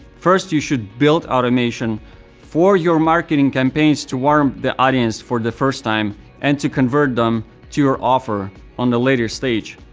first, you should build automation for your marketing campaigns, to warm up the audience for the first time and to convert them to your offer on the later stage.